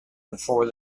before